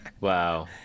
Wow